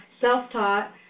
self-taught